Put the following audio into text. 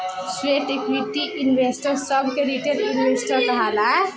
sweat equity investor सभ के retail investor कहाला